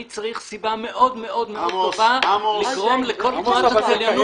אני צריך סיבה מאוד מאוד טובה להחריג את כל תיירות הצליינות,